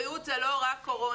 בריאות זה לא רק קורונה.